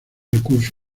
recursos